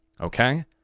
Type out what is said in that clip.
okay